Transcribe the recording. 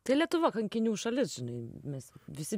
tai lietuva kankinių šalis žinai mes visi